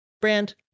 Brand